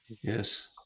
Yes